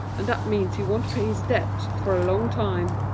and that means he won't pay his debts for a long time.